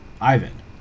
Ivan